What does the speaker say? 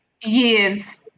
years